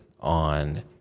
on